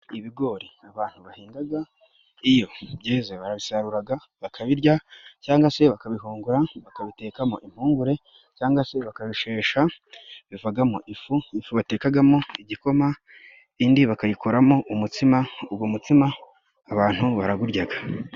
Ibigori abantu bahingaga iyo byeze barabisaruraga bakabirya, cyangwa se bakabihungura bakabitekamo impungure, cyangwa se bakabishesha bivagamo ifu. Ifu batekagamo igikoma indi bakayikoramo umutsima. Ugo mutsima abantu baraguryaga.